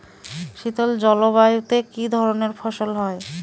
শীতল জলবায়ুতে কি ধরনের ফসল হয়?